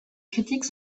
critiques